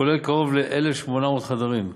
הכולל קרוב ל-1,800 חדרים.